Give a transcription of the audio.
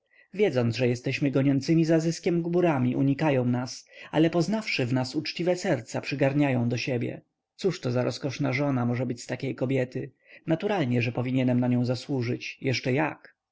wiedząc że jesteśmy goniącymi za zyskiem gburami unikają nas ale poznawszy w nas uczciwe serca przygarniają do siebie cóż-to za rozkoszna żona może być z takiej kobiety naturalnie że powinienem na nią zasłużyć jeszcze jak